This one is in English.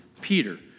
Peter